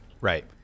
Right